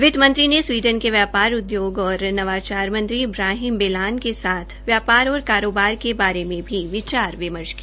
वित्तमंत्री ने स्वीडन के व्यापार उदयोग और नवाचार मंत्री इब्राहिम बेलान के साथ व्यापार और कारोबार के बारे में भी विचार विमर्श किया